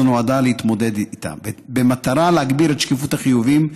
נועדה להתמודד איתן במטרה להגביר את שקיפות החיובים,